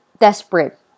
desperate